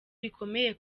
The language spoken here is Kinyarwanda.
rikomeye